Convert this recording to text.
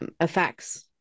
effects